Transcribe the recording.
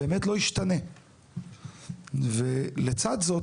באמת לא ישתנה ולצד זאת,